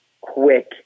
quick